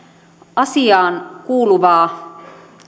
asiaan kuuluvaa